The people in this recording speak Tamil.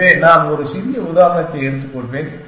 எனவே நான் ஒரு சிறிய உதாரணத்தை எடுத்துக்கொள்வேன்